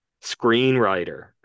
screenwriter